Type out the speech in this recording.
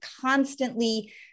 constantly